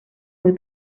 muy